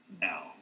now